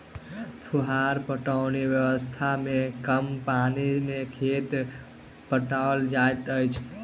फुहार पटौनी व्यवस्था मे कम पानि मे खेत पटाओल जाइत अछि